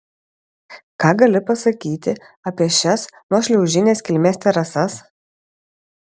ką gali pasakyti apie šias nuošliaužinės kilmės terasas